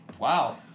wow